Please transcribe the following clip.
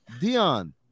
Dion